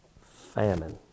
famine